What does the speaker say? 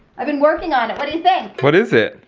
i've been working on it, what do you think? what is it?